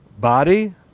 body